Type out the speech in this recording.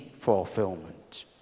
fulfillment